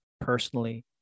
personally